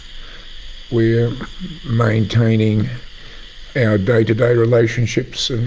we are maintaining our day-to-day relationships